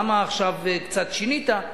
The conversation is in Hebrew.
למה עכשיו קצת שינית?